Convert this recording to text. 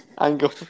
Angle